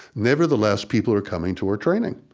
nevertheless, people are coming to our training.